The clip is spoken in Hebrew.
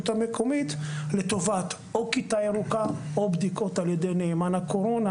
המקומית לטובת או כיתה ירוקה או בדיקות על ידי נאמן הקורונה,